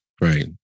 Right